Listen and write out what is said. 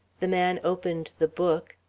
the man opened the book,